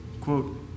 Quote